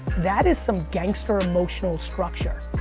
that is some gangster emotional structure.